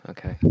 Okay